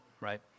right